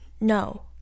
no